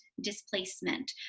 displacement